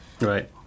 Right